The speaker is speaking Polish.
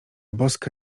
boska